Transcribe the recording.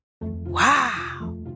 Wow